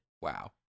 Wow